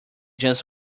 just